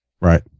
Right